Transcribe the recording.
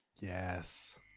Yes